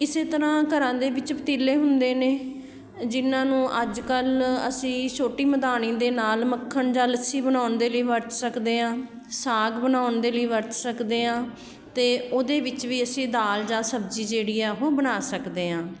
ਇਸ ਤਰ੍ਹਾਂ ਘਰਾਂ ਦੇ ਵਿੱਚ ਪਤੀਲੇ ਹੁੰਦੇ ਨੇ ਜਿਨ੍ਹਾਂ ਨੂੰ ਅੱਜ ਕੱਲ੍ਹ ਅਸੀਂ ਛੋਟੀ ਮਧਾਣੀ ਦੇ ਨਾਲ ਮੱਖਣ ਜਾਂ ਲੱਸੀ ਬਣਾਉਣ ਦੇ ਲਈ ਵਰਤ ਸਕਦੇ ਹਾਂ ਸਾਗ ਬਣਾਉਣ ਦੇ ਲਈ ਵਰਤ ਸਕਦੇ ਹਾਂ ਅਤੇ ਉਹਦੇ ਵਿੱਚ ਵੀ ਅਸੀਂ ਦਾਲ ਜਾਂ ਸਬਜ਼ੀ ਜਿਹੜੀ ਹੈ ਉਹ ਬਣਾ ਸਕਦੇ ਹਾਂ